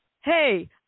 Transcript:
Hey